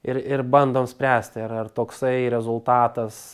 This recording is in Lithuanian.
ir ir bandom spręsti ar ar toksai rezultatas